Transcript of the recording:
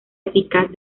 eficaz